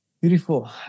beautiful